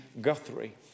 Guthrie